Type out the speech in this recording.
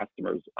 customers